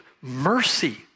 mercy